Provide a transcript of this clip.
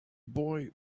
boy